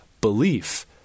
belief